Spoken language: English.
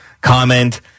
comment